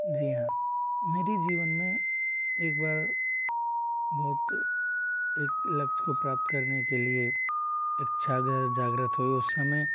जी हाँ मेरी जीवन में एक बार बहुत एक लक्ष्य को प्राप्त करने के लिए इच्छागृत जागृत हुई उस समय